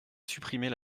supprimer